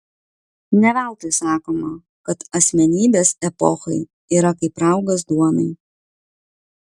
ne veltui sakoma kad asmenybės epochai yra kaip raugas duonai